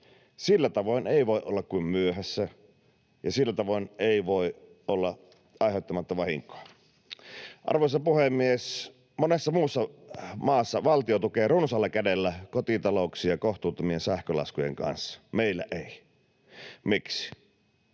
Sillä tavoin ei voi olla kuin myöhässä, ja sillä tavoin ei voi olla aiheuttamatta vahinkoa. Arvoisa puhemies! Monessa muussa maassa valtio tukee runsaalla kädellä kotitalouksia kohtuuttomien sähkölaskujen kanssa, meillä ei. Miksi?